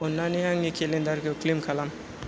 अन्नानै आंनि केलेन्डारखौ क्लेम खालाम